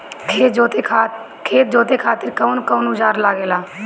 खेत जोते खातीर कउन कउन औजार लागेला?